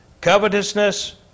covetousness